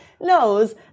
knows